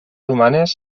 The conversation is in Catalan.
humanes